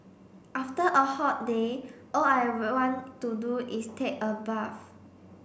after a hot day all I want to do is take a bath